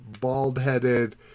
bald-headed